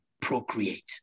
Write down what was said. procreate